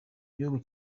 gihugu